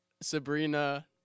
Sabrina